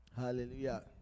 Hallelujah